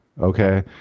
Okay